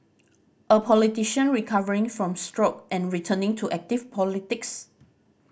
a politician recovering from stroke and returning to active politics